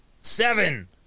Seven